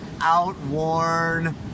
outworn